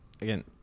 again